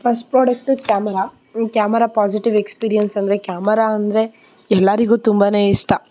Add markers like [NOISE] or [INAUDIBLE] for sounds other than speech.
first product camera [UNINTELLIGIBLE] camera positive experience ಅಂದರೆ camera ಅಂದರೆ ಎಲ್ಲರಿಗೂ ತುಂಬ ಇಷ್ಟ